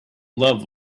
love